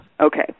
Okay